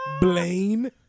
Blaine